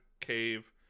cave